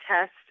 test